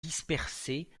dispersé